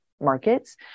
Markets